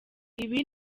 ibi